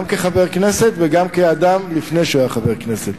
גם כחבר כנסת וגם כאדם לפני שהיה חבר כנסת.